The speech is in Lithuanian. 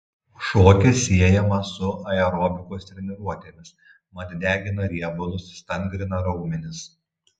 šokis siejamas su aerobikos treniruotėmis mat degina riebalus stangrina raumenis